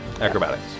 Acrobatics